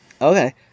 Okay